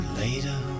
later